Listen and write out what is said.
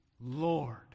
Lord